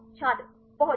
छात्र पहुंच